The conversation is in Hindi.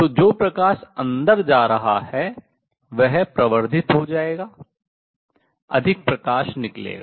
तो जो प्रकाश अंदर जा रहा है वह प्रवर्धित हो जाएगा अधिक प्रकाश निकलेगा